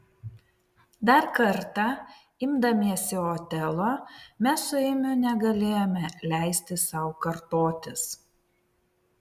dar kartą imdamiesi otelo mes su eimiu negalėjome leisti sau kartotis